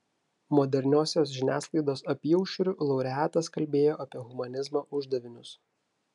moderniosios žiniasklaidos apyaušriu laureatas kalbėjo apie humanizmo uždavinius